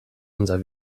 unser